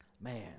Man